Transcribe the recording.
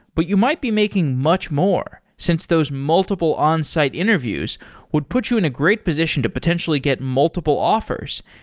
but you might be making much more since those multiple onsite interviews would put you in a great position to potentially get multiple offers,